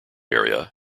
area